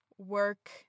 work